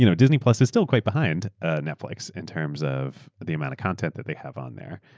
you know disney plus is still quite behind ah netflix in terms of the amount of content that they have on there.